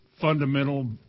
fundamental